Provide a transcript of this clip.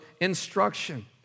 instruction